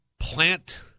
Plant